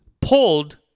pulled